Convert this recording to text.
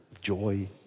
joy